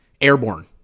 airborne